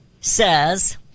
says